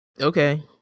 Okay